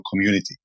community